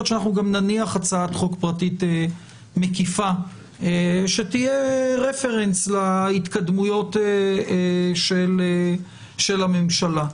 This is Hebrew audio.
שאנחנו גם נניח הצעת חוק פרטית מקיפה שתהיה רפרנס להתקדמויות של הממשלה.